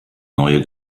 neue